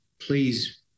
please